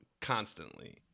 constantly